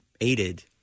aided